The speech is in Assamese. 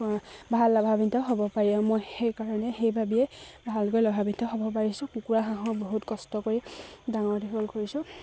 ভাল লাভাম্বিত হ'ব পাৰি মই সেইকাৰণে সেই ভাবিয়ে ভালকৈ লাভাম্বিত হ'ব পাৰিছোঁ কুকুৰা হাঁহৰ বহুত কষ্ট কৰি ডাঙৰ দীঘল কৰিছোঁ